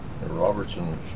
Robertson